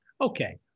Okay